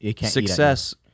Success